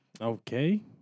Okay